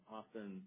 often